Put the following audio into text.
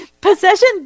Possession